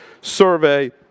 survey